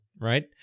Right